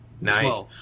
Nice